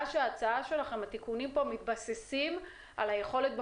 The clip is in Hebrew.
שהתיקונים שלכם פה מתבססים על היכולת בפועל.